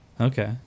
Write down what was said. Okay